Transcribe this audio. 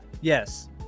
Yes